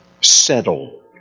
settle